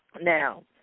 Now